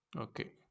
okay